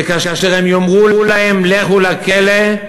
וכאשר הם יאמרו להם: לכו לכלא,